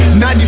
90